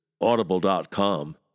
Audible.com